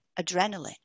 adrenaline